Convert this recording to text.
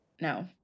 No